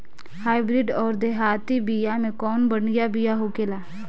Hybrid अउर देहाती बिया मे कउन बढ़िया बिया होखेला?